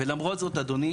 ולמרות זאת אדוני,